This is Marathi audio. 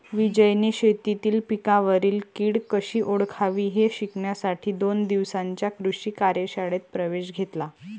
विजयने शेतीतील पिकांवरील कीड कशी ओळखावी हे शिकण्यासाठी दोन दिवसांच्या कृषी कार्यशाळेत प्रवेश घेतला